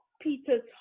Peter's